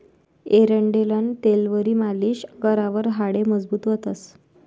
एरंडेलनं तेलवरी मालीश करावर हाडे मजबूत व्हतंस